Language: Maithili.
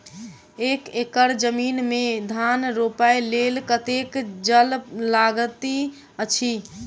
एक एकड़ जमीन मे धान रोपय लेल कतेक जल लागति अछि?